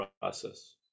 process